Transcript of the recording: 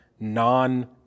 Non